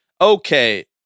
Okay